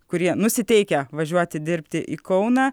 kurie nusiteikę važiuoti dirbti į kauną